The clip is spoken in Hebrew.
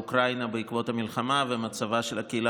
ומצוקת הקהילה היהודית באוקראינה בעקבות מלחמת רוסיה